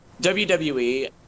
WWE –